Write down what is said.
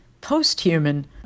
post-human